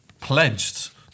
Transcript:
Pledged